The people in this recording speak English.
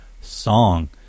Song